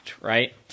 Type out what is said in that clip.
right